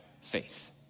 faith